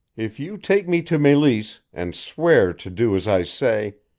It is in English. if you take me to meleese, and swear to do as i say,